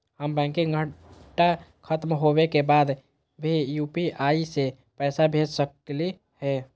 का बैंकिंग घंटा खत्म होवे के बाद भी यू.पी.आई से पैसा भेज सकली हे?